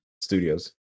studios